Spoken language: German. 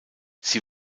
sie